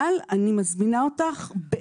אבל אני מזמינה אותך באמת.